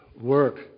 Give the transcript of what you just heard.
work